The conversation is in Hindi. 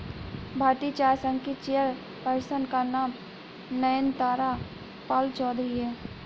भारतीय चाय संघ के चेयर पर्सन का नाम नयनतारा पालचौधरी हैं